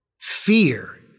Fear